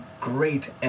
great